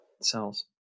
cells